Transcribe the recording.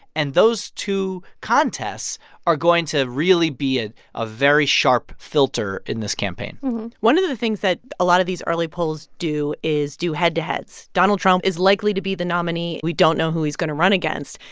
and those two contests are going to really be ah a very sharp filter in this campaign one of the things that a lot of these early polls do is do head-to-heads. donald trump is likely to be the nominee. we don't know who he's going to run against.